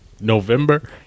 November